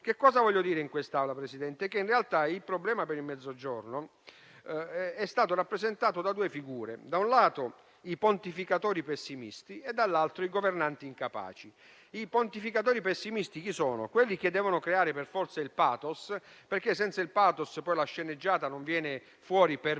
Che cosa voglio dire in quest'Aula, Presidente? In realtà il problema per il Mezzogiorno è stato rappresentato da due figure: da un lato, i pontificatori pessimisti; dall'altro, i governanti incapaci. Chi sono i pontificatori pessimisti? Quelli che devono creare per forza il *pathos*, senza il quale la sceneggiata non viene fuori per bene,